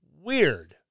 Weird